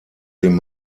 den